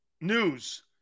news